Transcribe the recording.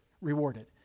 rewarded